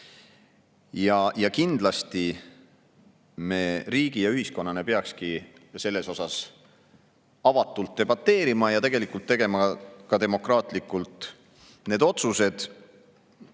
Kindlasti me riigi ja ühiskonnana peakski selle üle avatult debateerima ja tegelikult tegema ka demokraatlikult otsuseid,